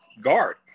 guard